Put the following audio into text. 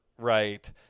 right